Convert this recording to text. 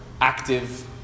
active